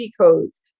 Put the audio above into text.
codes